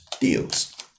deals